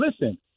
listen